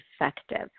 effective